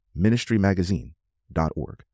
ministrymagazine.org